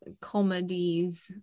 comedies